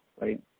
right